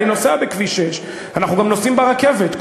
אני נוסע בכביש 6. אנחנו נוסעים גם ברכבת.